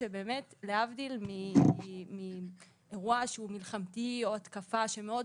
להבדיל מאירוע שהוא מלחמתי או התקפה שמאוד